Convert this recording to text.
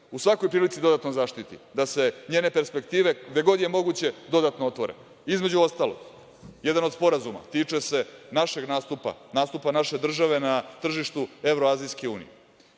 u svakoj prilici dodatno zaštiti, da se njene perspektive gde god je moguće dodatno otvore, između ostalog, jedan od Sporazuma tiče se našeg nastupa, nastupa naše države na tržištu